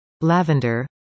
lavender